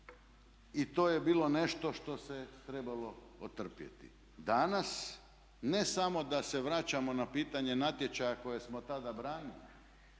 i to je bilo nešto što se trebalo otrpjeti. Danas ne samo da se vraćamo na pitanje natječaja koje smo tada branili.